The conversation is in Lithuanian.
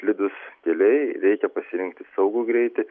slidūs keliai reikia pasirinkti saugų greitį